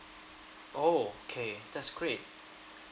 oh okay that's great